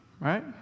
right